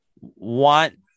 want